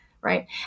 Right